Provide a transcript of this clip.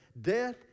Death